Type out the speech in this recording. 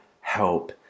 help